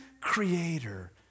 Creator